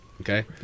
Okay